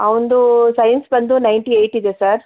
ಅವನ್ದು science ಬಂದು ninety eight ಇದೆ sir